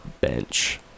bench